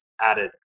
added